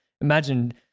imagine